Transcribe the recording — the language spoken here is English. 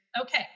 Okay